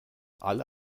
alle